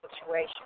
situation